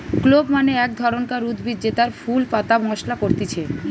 clove মানে এক ধরণকার উদ্ভিদ জেতার ফুল পাতা মশলা করতিছে